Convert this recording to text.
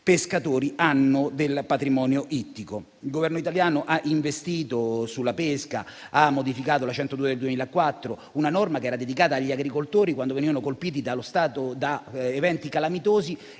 pescatori hanno del patrimonio ittico. Il Governo italiano ha investito sulla pesca, ha modificato la legge n. 102 del 2004, una norma che era dedicata agli agricoltori quando venivano colpiti da eventi calamitosi,